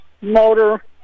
motor